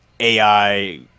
AI